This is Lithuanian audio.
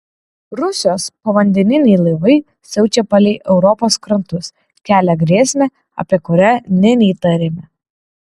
rusijos povandeniniai laivai siaučia palei europos krantus kelia grėsmę apie kurią nė neįtarėme